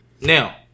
Now